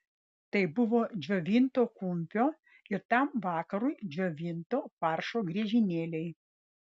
tai buvo džiovinto kumpio ir tam vakarui džiovinto faršo griežinėliai